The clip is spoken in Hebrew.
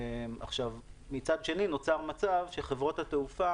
מצד שני, נוצר מצב שחברות התעופה